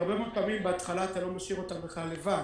הרבה מאוד פעמים בהתחלה אתה לא משאיר אותם בכלל לבד,